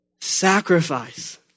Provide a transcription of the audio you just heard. Sacrifice